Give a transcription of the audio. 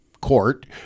court